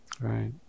Right